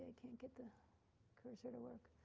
can't get the cursor to work.